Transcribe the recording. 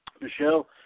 Michelle